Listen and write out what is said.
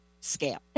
scale